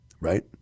Right